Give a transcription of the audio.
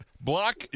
Block